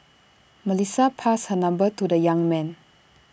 Melissa passed her number to the young man